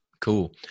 Cool